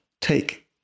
take